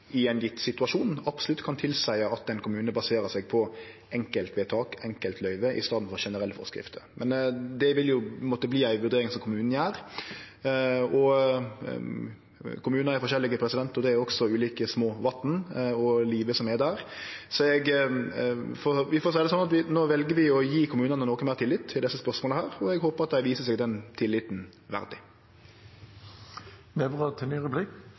i ein gitt situasjon absolutt kan tilseie at ein kommune baserer seg på enkeltvedtak, enkeltløyve, i staden for på generelle forskrifter, men det vil jo måtte verte ei vurdering som kommunen gjer. Kommunar er forskjellige, og det er også ulike små vatn og ulikt det livet som er der. Vi får seie det sånn at vi nå vel å gje kommunane noko meir tillit i desse spørsmåla, og eg håpar at dei viser seg den tilliten